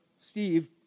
Steve